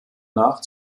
nach